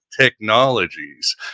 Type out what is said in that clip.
technologies